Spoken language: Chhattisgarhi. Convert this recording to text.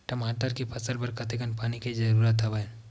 टमाटर के फसल बर कतेकन पानी के जरूरत हवय?